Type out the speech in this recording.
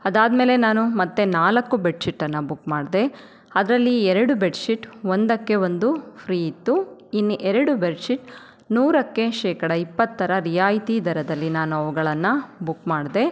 ಅದಾದಮೇಲೆ ನಾನು ಮತ್ತೆ ನಾಲ್ಕು ಬೆಡ್ಶೀಟನ್ನು ಬುಕ್ ಮಾಡಿದೆ ಅದರಲ್ಲಿ ಎರಡು ಬೆಡ್ಶೀಟ್ ಒಂದಕ್ಕೆ ಒಂದು ಫ್ರೀ ಇತ್ತು ಇನ್ನು ಎರಡು ಬೆಡ್ಶೀಟ್ ನೂರಕ್ಕೆ ಶೇಕಡ ಇಪ್ಪತ್ತರ ರಿಯಾಯಿತಿ ದರದಲ್ಲಿ ನಾನು ಅವುಗಳನ್ನು ಬುಕ್ ಮಾಡಿದೆ